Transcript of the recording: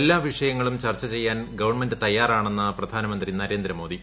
എല്ലാ വിഷയങ്ങളും ചർച്ച ചെയ്യാൻ ഗവൺമെന്റ് തയ്യാറാണെന്ന് പ്രധാന്ടമന്ത്രി നരേന്ദ്രമോദി